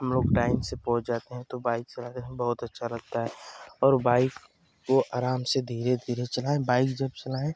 हम लोग टाइम से पहुँच जाते हें तो बाइक चलाकर हमें बहुत अच्छा लगता है और बाइक को आराम से धीरे धीरे चलाएँ बाइक जब चलाएँ